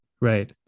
right